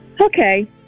Okay